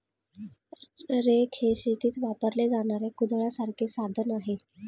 rake हे शेतीत वापरले जाणारे कुदळासारखे साधन आहे